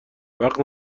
وقت